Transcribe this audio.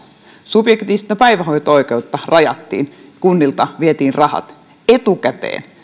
subjektiivista päivähoito oikeutta rajattiin kunnilta vietiin rahat etukäteen